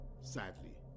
sadly